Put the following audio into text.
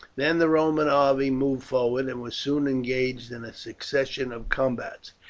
then the roman army moved forward, and was soon engaged in a succession of combats.